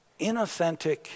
inauthentic